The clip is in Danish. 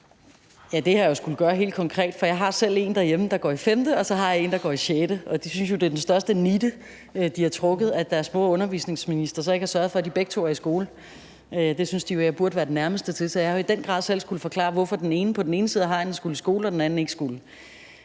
og undervisningsministeren (Pernille Rosenkrantz-Theil): Det har jeg skullet gøre helt konkret, for jeg har selv en derhjemme, der går i 5., og så har jeg en, der går i 6., og de synes jo, det er den største nitte, de har trukket, at deres mor er undervisningsminister og så ikke har sørget for, at de begge to er i skole. Det synes de jo jeg burde være den nærmeste til, så jeg har i den grad selv skullet forklare, hvorfor den ene på den ene side af hegnet skulle i skole og den anden ikke skulle.